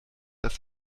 dass